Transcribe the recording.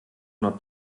not